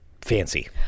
fancy